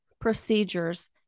procedures